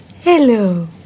Hello